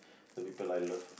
the people I love